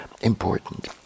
important